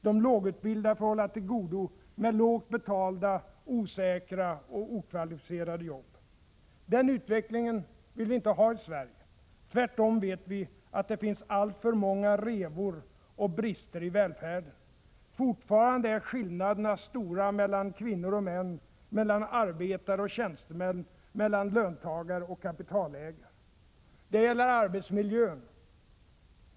De lågutbildade får hålla till godo med lågt betalda, osäkra och okvalificerade jobb. Den utvecklingen vill vi inte ha i Sverige. Tvärtom vet vi att det finns alltför många revor och brister i välfärden. Fortfarande är skillnaderna stora mellan kvinnor och män, mellan arbetare och tjänstemän, mellan löntagare och kapitalägare. Det gäller arbetsmiljön.